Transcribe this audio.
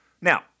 Now